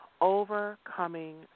overcoming